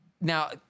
now